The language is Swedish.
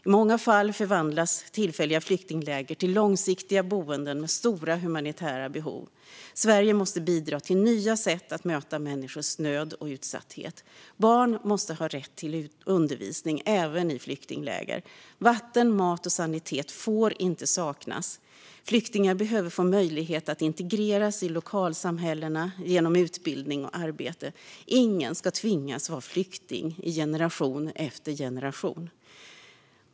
I många fall förvandlas tillfälliga flyktingläger till långsiktiga boenden där det är stora humanitära behov. Sverige måste bidra till nya sätt att möta människors nöd och utsatthet. Barn måste ha rätt till undervisning även i flyktingläger. Vatten, mat och sanitet får inte saknas. Flyktingar behöver få möjlighet att integreras i lokalsamhällena genom utbildning och arbete. Ingen ska tvingas vara flykting i generation efter generation.